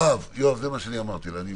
יואב, זה מה שאמרתי לה.